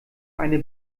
eine